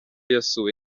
yasuwe